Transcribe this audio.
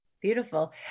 Beautiful